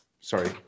Sorry